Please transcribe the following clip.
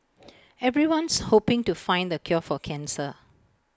everyone's hoping to find the cure for cancer